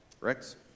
Rex